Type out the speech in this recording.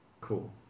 Cool